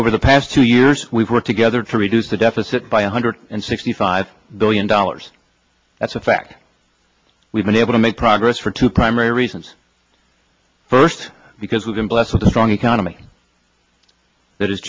over the past two years we've worked together to reduce the deficit by one hundred and sixty five billion dollars that's a fact we've been able to make progress for two primary reasons first because we've been blessed with a strong economy that is